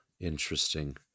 Interesting